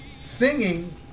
singing